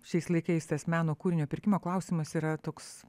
šiais laikais tas meno kūrinio pirkimo klausimas yra toks